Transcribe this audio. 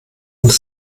und